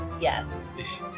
Yes